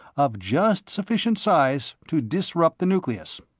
of just sufficient size to disrupt the nucleus.